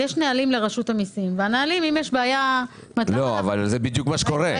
יש נהלים לרשות המיסים ואם יש בעיה --- זה בדיוק מה שקורה.